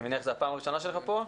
אני מניח שזו הפעם הראשונה שלך פה?